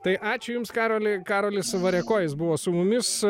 tai ačiū jums karoli karolis variakojis buvo su mumis